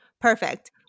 perfect